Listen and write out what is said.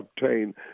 obtain